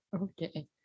Okay